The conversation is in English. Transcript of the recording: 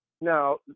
Now